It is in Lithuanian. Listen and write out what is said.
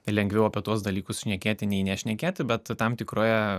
lengviau apie tuos dalykus šnekėti nei nešnekėti bet tam tikroje